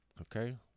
okay